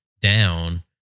down